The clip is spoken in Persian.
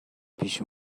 پیش